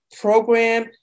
program